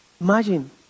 Imagine